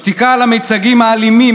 בשתיקה על המיצגים האלימים,